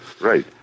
Right